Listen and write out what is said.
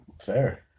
Fair